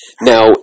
now